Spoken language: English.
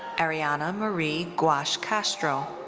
arianna marie guasch castro.